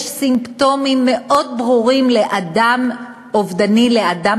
יש סימפטומים מאוד ברורים לאדם אובדני, לאדם